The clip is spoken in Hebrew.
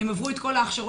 תעשו כך